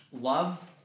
love